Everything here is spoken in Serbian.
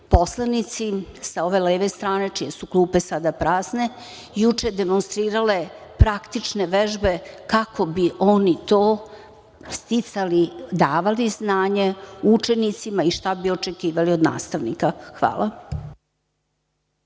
poslanici sa ove leve strane čije su klupe sada prazne juče demonstrirale praktične vežbe kako bi oni to sticali, davali znanje učenicima i šta bi očekivali od nastavnika. Hvala.